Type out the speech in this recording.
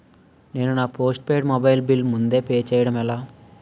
నేను నా postpaid mobile bill ముందే పే చేయడం ఎలా?